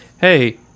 hey